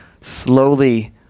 slowly